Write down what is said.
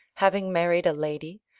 having married a lady,